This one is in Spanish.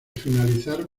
finalizar